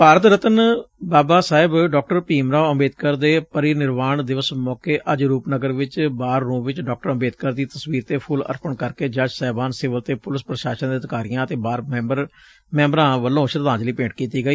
ਭਾਰਤ ਰਤਨ ਬਾਬਾ ਸਾਹਿਬ ਭੀਮ ਰਾਓ ਅੰਬੇਦਕਰ ਦੇ ਪਰਿ ਨਿਰਮਾਣ ਦਿਵਸ ਮੌਕੇ ਅੱਜ ਰੂਪਨਗਰ ਚ ਬਾਰ ਰੁਮ ਵਿਚ ਡਾ ਅੰਬੇਦਕਰ ਦੀ ਤਸਵੀਰ ਤੇ ਫੁੱਲ ਅਰਪਨ ਕਰਕੇ ਜੱਜ ਸਾਹਿਬਾਨ ਸਿਵਲ ਤੇ ਪੁਲਿਸ ਪ੍ਰਸ਼ਾਸਨ ਦੇ ਅਧਿਕਾਰੀਆਂ ਅਤੇ ਬਾਰ ਮੈਂਬਰਾਂ ਵਲੋਂ ਸ਼ਰਧਾਂਜਲੀ ਭੇਂਟ ਕੀਤੀ ਗਈ